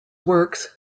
works